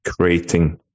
creating